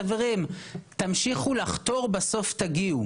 חברים תמשיכו לחתור בסוף תגיעו.